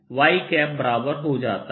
ds बराबर हो जाता है